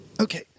Okay